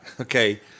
Okay